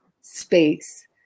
space